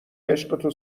عشقت